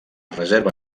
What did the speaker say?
reserva